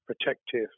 protective